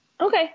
okay